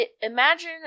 imagine